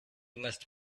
must